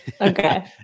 Okay